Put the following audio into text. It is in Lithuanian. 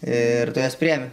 ir tu juos priimi